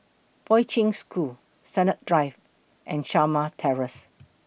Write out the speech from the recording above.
Poi Ching School Sennett Drive and Shamah Terrace